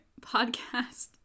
podcast